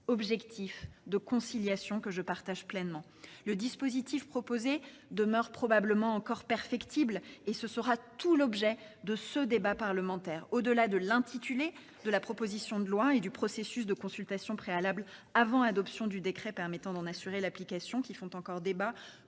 Objectif de conciliation que je partage pleinement. Le dispositif proposé demeure probablement encore perfectible et ce sera tout l'objet de ce débat parlementaire. Au-delà de l'intitulé de la proposition de loi et du processus de consultation préalable avant adoption du décret permettant d'en assurer l'application qui font encore débat